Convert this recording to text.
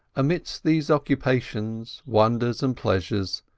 amidst these occupations, wonders, and pleasures,